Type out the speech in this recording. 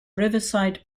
riverside